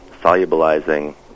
solubilizing